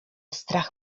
strach